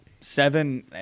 seven